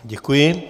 Děkuji.